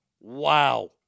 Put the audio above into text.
wow